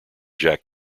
jack